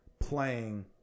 playing